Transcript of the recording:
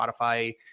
Spotify